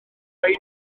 oer